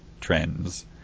trends